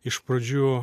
iš pradžių